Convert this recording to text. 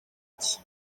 iki